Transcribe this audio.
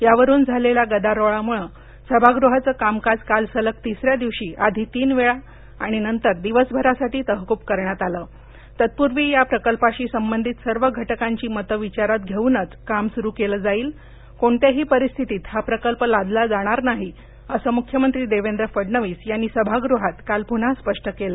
यावरून झालेल्या गदारोळामुळं सभागृहाचं कामकाज काल सलग तिसन्या दिवशी आधी तीन वेळा आणि नंतर दिवसभरासाठी तहकूब करण्यात आतत्पूर्वी या प्रकल्पाशी संबंधित सर्व घटकांची मत विचारात धेऊनच काम सुरू केलं जाईल कोणत्याही परिस्थितीत हा प्रकल्प लादला जाणार नाही असं मुख्यमंत्री देवेंद्र फडणवीस यांनी सभागृहात काल पुन्हा स्पष्ट केलं